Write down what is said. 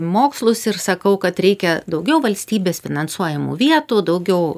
mokslus ir sakau kad reikia daugiau valstybės finansuojamų vietų daugiau